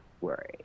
worry